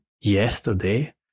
yesterday